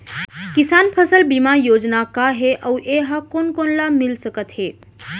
किसान फसल बीमा योजना का हे अऊ ए हा कोन कोन ला मिलिस सकत हे?